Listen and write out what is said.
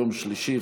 יום שלישי,